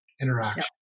interaction